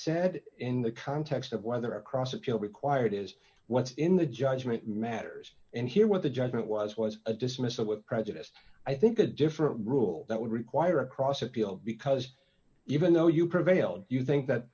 said in the context of whether across a field required is what's in the judgement matters and here what the judgement was was a dismissal with prejudice i think a different rule that would require a cross appeal because even though you prevail you think that